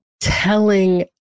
telling